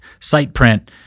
SitePrint